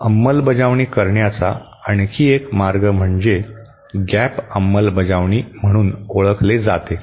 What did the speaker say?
अंमलबजावणी करण्याचा आणखी एक मार्ग म्हणजे गॅप अंमलबजावणी म्हणून ओळखले जाते